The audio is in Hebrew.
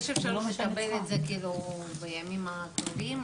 יש אפשרות לקבל את זה בימים הקרובים,